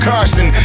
Carson